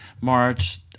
march